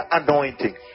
anointing